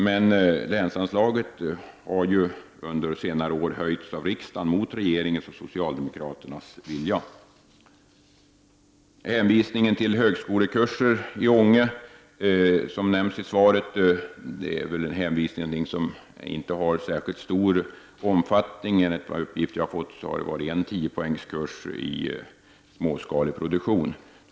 Men länsanslaget har ju under senare år — mot regeringens och socialdemokraternas vilja — höjts genom beslut av riksdagen. I svaret nämndes en hänvisning till högskolekurser i Ånge. Dessa har dock inte särskilt stor omfattning. Enligt uppgifter som jag har fått, har det funnits en 10-poängskurs i småskalig produktion.